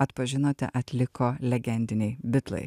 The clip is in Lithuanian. atpažinote atliko legendiniai bitlai